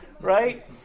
right